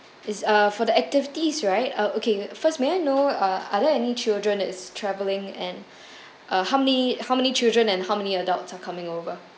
is uh for the activities right uh okay first may I know uh are there any children is traveling and uh how many how many children and how many adults are coming over